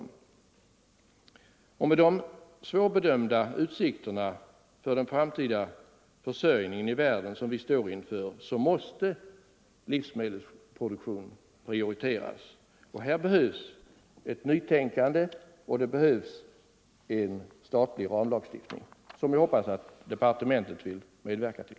Med hänsyn till de svårbedömda utsikterna för den framtida försörjningen i världen måste livsmedelsproduktionen prioriteras. Här behövs ett nytänkande och en statlig ramlagstiftning, som jag hoppas att departementet vill medverka till.